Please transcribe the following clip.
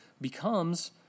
becomes